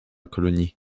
colonie